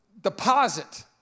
deposit